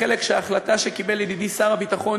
בהחלטה שקיבל ידידי שר הביטחון,